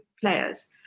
players